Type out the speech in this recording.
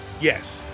yes